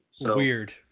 Weird